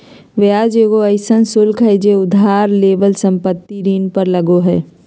ब्याज एगो अइसन शुल्क हइ जे उधार लेवल संपत्ति ऋण पर लगो हइ